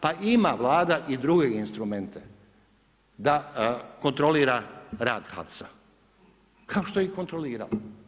Pa ima Vlada i druge instrumente da kontrolira rad HAVC-a, kao što je i kontrolirala.